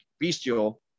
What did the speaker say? bestial